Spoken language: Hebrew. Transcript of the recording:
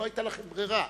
לא היתה לכם ברירה,